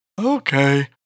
Okay